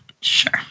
sure